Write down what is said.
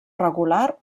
regular